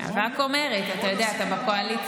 אני רק אומרת, אתה יודע, אתה בקואליציה.